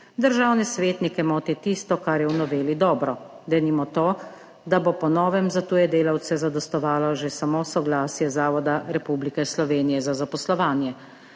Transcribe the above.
državne svetnike moti tisto, kar je v noveli dobro, denimo to, da bo po novem za tuje delavce zadostovalo že samo soglasje Zavoda Republike Slovenije za zaposlovanje.